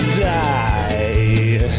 die